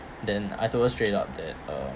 then I told her straight up that uh